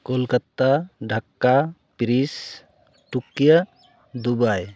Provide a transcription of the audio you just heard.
Kolkata Dhaka Paris Tokyo Dubai